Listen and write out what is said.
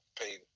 paid